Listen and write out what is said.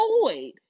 void